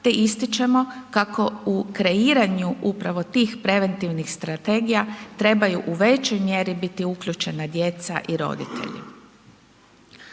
te ističemo kako u kreiranju upravo tih preventivnih strategija trebaju u većoj mjeri biti uključena djeca i roditelji.